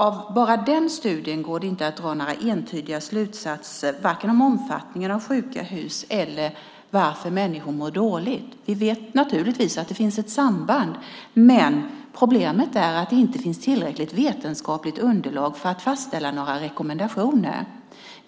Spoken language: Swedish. Av bara den studien går det inte att dra några entydiga slutsatser, vare sig om omfattningen av sjuka hus eller varför människor mår dåligt. Vi vet naturligtvis att det finns ett samband. Men problemet är att det inte finns tillräckligt vetenskapligt underlag för att fastställa några rekommendationer.